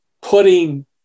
putting